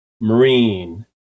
marine